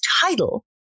title